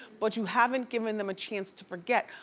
but you haven't given them a chance to forget.